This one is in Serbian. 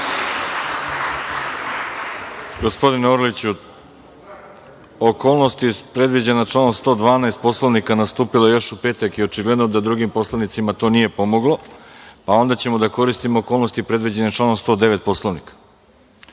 Gospodine Orliću, okolnost predviđena članom 112. Poslovnika nastupila je još u petak i očigledno da drugim poslanicima to nije pomogla, pa ćemo onda da koristimo okolnosti predviđene članom 109. Poslovnika. Po